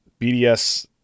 BDS